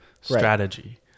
strategy